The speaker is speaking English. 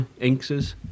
Inkses